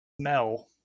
smell